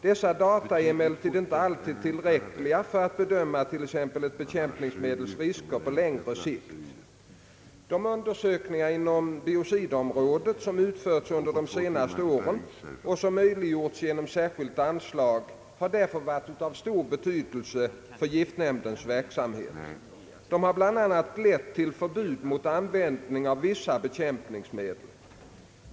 Dessa data är emellertid inte alltid tillräckliga för att bedöma t.ex. ett bekämpningsmedels risker på längre sikt. De undersökningar inom biocidområdet, som utförts under senare år och som möjliggjorts genom särskilt anslag, har därför varit av stor betydelse för giftnämndens verksamhet. De har bl.a. lett till förbud mot användningen av vissa bekämpningsmedel.